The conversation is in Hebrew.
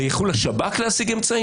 --- השב"כ להשיג אמצעים?